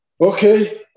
Okay